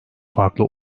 farklı